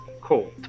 cold